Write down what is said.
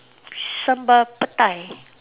sambal petai